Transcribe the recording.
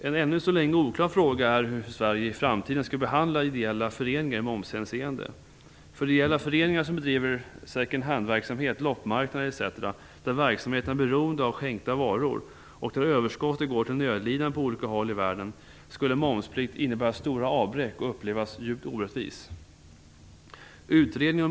En ännu så länge oklar fråga är hur Sverige i framtiden skall behandla ideella föreningar i momshänseende. För ideella föreningar som bedriver second handverksamhet, loppmarknader etc. där verksamheten är beroende av skänkta varor och där överskottet går till nödlidande på olika håll i världen skulle momsplikt innebära stora avbräck och upplevas djupt orättvist.